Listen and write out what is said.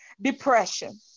depression